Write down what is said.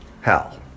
hell